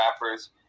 rappers